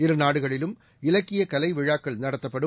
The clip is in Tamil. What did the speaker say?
இரு நாடுகளிலும் இலக்கியகலைவிழாக்கள் நடத்தப்படும்